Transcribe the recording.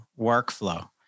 workflow